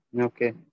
Okay